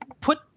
put